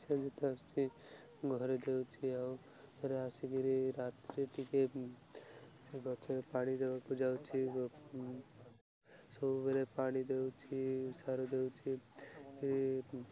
ସେ ଯେତେ ଆସୁଛି ଘରେ ଦେଉଛି ଆଉ ଘରେ ଆସିକିରି ରାତିରେ ଟିକେ ଗଛରେ ପାଣି ଦେବାକୁ ଯାଉଛି ସବୁବେଳେ ପାଣି ଦେଉଛି ଓ ସାର ଦେଉଛି